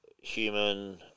human